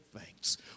thanks